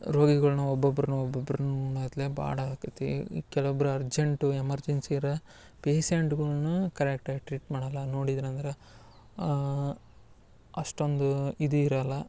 ರೋಗಿಗಳನ್ನ ಒಬ್ಬೊಬ್ರುನು ಒಬ್ಬೊಬ್ರುನು ಮದ್ಲೆ ಬಾಡಾಕತ್ತಿ ಕೆಲೊಬ್ರ ಅರ್ಜೆಂಟು ಎಮರ್ಜೆನ್ಸಿರ್ ಪೇಸೆಂಟ್ಗುಳ್ನು ಕರೆಕ್ಟಾಗಿ ಟ್ರೀಟ್ ಮಾಡಲ್ಲ ನೋಡಿದ್ರಂದ್ರ ಅಷ್ಟೊಂದು ಇದು ಇರಲ್ಲ